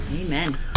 Amen